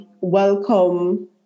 welcome